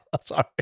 Sorry